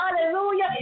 hallelujah